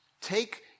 Take